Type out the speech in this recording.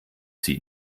sie